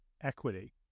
equity